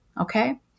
Okay